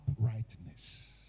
uprightness